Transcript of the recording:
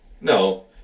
No